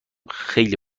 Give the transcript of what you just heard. خیلی